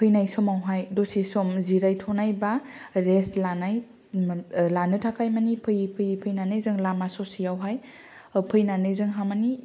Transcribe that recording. फैनाय समावहाय दसे सम जिरायथ'नाय बा रेस्ट लानाय लानो थाखाय मानि फैयै फैयै फैनानै जों लामा ससेयावहाय फैनानै जोंहा मानि